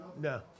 No